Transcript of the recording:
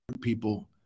people